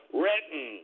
written